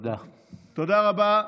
תודה רבה.